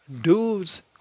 dudes